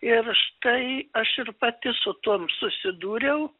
ir štai aš ir pati su tuom susidūriau